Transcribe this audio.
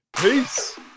Peace